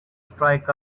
strike